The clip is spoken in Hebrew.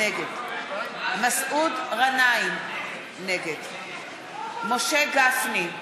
נגד מסעוד גנאים, נגד משה גפני,